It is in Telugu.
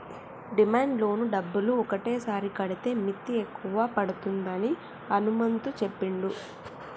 డిమాండ్ లోను డబ్బులు ఒకటేసారి కడితే మిత్తి ఎక్కువ పడుతుందని హనుమంతు చెప్పిండు